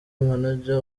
manager